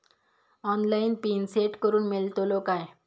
Online pin set करूक मेलतलो काय?